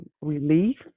relief